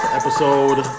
episode